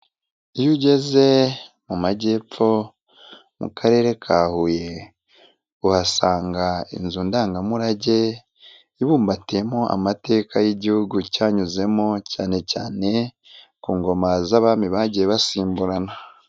Iyo ugeze mu Majyepfo mu Karere ka Huye uhasanga inzu ndangamurage ibumbatiyemo amateka y'igihugu cyanyuzemo cyane cyane ku ngoma z'abami bagiye basimburana.